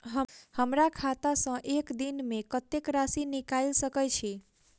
हमरा खाता सऽ एक दिन मे कतेक राशि निकाइल सकै छी